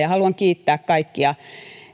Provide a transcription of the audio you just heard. ja haluan kiittää kaikkia